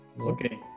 Okay